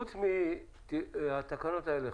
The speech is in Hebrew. חוץ מהתקנות האלה,